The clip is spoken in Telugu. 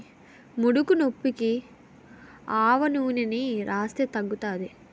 ముడుకునొప్పికి ఆవనూనెని రాస్తే తగ్గుతాది